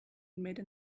made